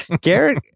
Garrett